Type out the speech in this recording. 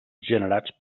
generats